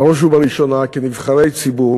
בראש ובראשונה כנבחרי ציבור